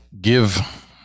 give